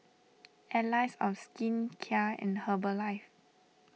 Allies of Skin Kia and Herbalife